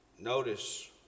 Notice